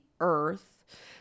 earth